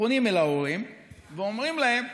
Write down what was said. פונים אל ההורים ואומרים להם: